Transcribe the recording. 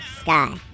sky